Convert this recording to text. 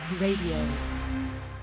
Radio